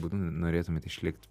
būdu norėtumėt išlikt